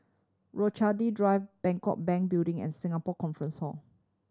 Rochalie Drive Bangkok Bank Building and Singapore Conference Hall